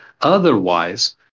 otherwise